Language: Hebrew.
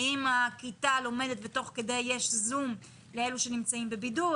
האם הכיתה לומדת ותוך כדי יש זום לאלה שנמצאים בבידוד?